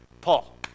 Paul